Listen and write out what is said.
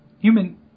Human